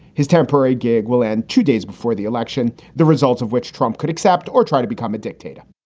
his temporary gig will end two days before the election, the results of which trump could accept or try to become a. dictator